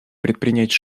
предпринять